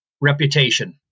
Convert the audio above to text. reputation